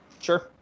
Sure